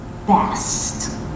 Best